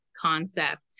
concept